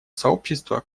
сообщества